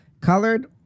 colored